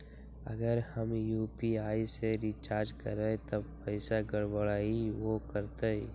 अगर हम यू.पी.आई से रिचार्ज करबै त पैसा गड़बड़ाई वो करतई?